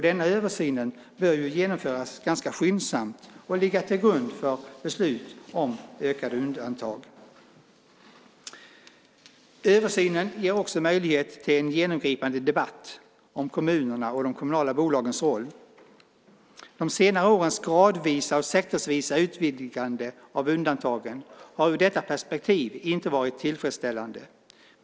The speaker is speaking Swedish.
Denna översyn bör genomföras ganska skyndsamt och ligga till grund för beslut om ökade undantag. Översynen ger också möjlighet till en genomgripande debatt om kommunerna och de kommunala bolagens roll. De senaste årens gradvisa och sektorsvisa utvidgande av undantagen har ur detta perspektiv inte varit tillfredsställande.